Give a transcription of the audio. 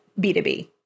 B2B